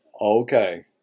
okay